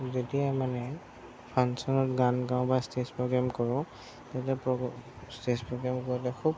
যেতিয়াই মানে ফাংচনত গান গাওঁ বা ষ্টেজ প্ৰগ্ৰেম কৰোঁ তেতিয়া প ষ্টেজ প্ৰগ্ৰেম কৰোঁতে খুব